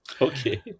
Okay